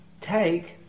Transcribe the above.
take